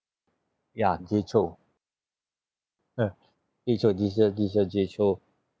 ya jay chou jay chou this year this year jay chou